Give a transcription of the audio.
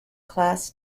class